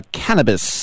cannabis